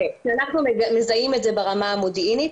אם אנחנו מזהים את זה ברמה המודיעינית,